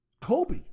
Kobe